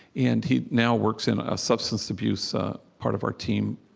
and he now works in a substance abuse part of our team,